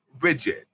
rigid